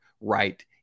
right